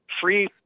free